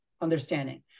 understanding